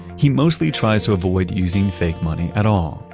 he mostly tries to avoid using fake money at all.